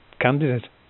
candidate